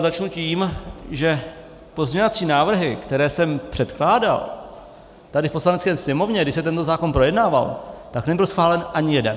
Začnu tím, že pozměňovací návrhy, které jsem předkládal tady v Poslanecké sněmovně, když se tento zákon projednával, tak nebyl schválen ani jeden.